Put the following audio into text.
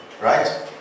right